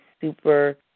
super